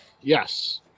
Yes